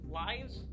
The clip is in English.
lives